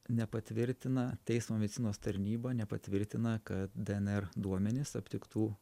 nepatvirtina teismo medicinos tarnyba nepatvirtina kad dnr duomenys aptiktų